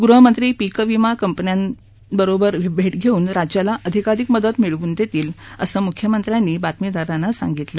गृहमत्री पिक विमा कंपन्यांबरोबर भेट घेवून राज्याला अधिकाधिक मदत मिळवून देतील असं मुख्यमंत्र्यांनी बातमीदारांना सांगितलं